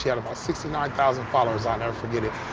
yeah about sixty nine thousand followers. i'll never forget it.